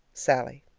sallie.